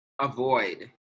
Avoid